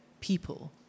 people